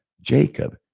Jacob